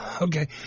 Okay